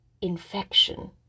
infection